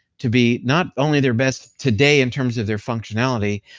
to be not only their best today in terms of their functionality,